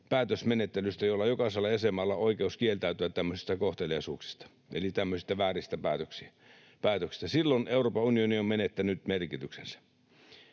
päätösmenettelystä, jossa jokaisella jäsenmaalla on oikeus kieltäytyä tämmöisistä kohteliaisuuksista eli tämmöisistä vääristä päätöksistä, silloin Euroopan unioni on menettänyt merkityksensä.